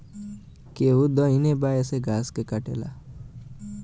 केहू दहिने बाए से घास के काटेला